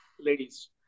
ladies